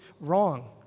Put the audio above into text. wrong